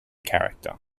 character